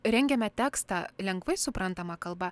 rengiame tekstą lengvai suprantama kalba